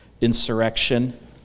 insurrection